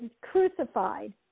crucified